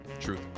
Truth